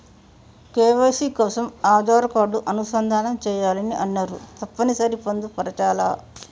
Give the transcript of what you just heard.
KYC కోసం Aadhaar card అనుసంధానం చేయాలని అన్నరు తప్పని సరి పొందుపరచాలా?